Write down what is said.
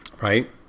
Right